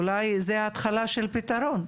אולי זה התחלה של פתרון,